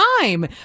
time